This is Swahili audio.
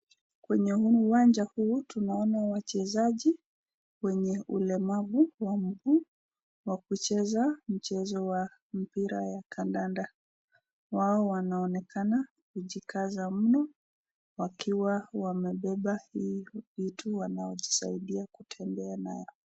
Kwenye uwanja huu tunaona wachezaji wenye ulemavu wa kucheza mchezo wa mpira ya kandanda wao wanaonekana kujikaza mno wakiwa wamebeba hii vitu wanao jisaidia kutembea nayo.